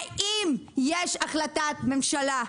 ואם יש החלטת ממשלה,